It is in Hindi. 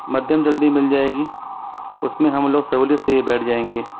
मध्यम जल्दी मिल जाएगी उसमें हम लोग सहूलियत से ही बैठ जाएंगे